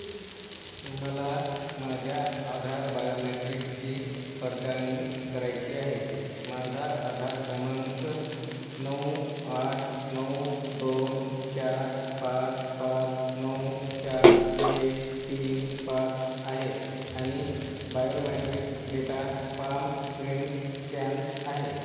मला माझ्या आधार बायोमॅट्रिक्सची पडताळणी करायची आहे माझा आधार क्रमांक नऊ आठ नऊ दोन चार पाच पाच नऊ चार एक तीन पाच आहे आणि biometric data palm print scan आहे